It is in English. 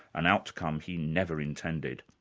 an outcome he never intended.